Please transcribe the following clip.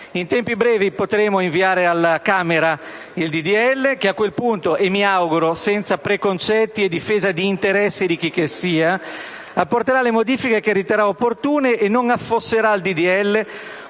In tempi brevi potremo inviare alla Camera il disegno di legge, che a quel punto mi auguro, senza preconcetti e difesa di interessi di chicchessia, apporterà le modifiche che riterrà opportuno e non affosserà il